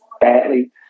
badly